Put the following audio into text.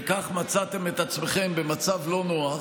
וכך מצאתם את עצמכם במצב לא נוח,